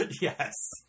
Yes